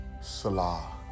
Salah